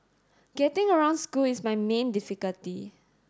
getting around school is my main difficulty